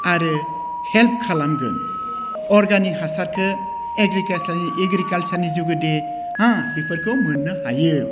आरो हेल्प खालामगोन अरगानिक हासारखौ एग्रिकालसार एग्रिकालसारनि जुगिदे होह बेफोरखौ मोननो हायो